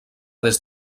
des